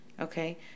okay